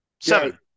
seven